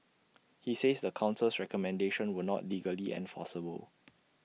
he says the Council's recommendations were not legally enforceable